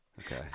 Okay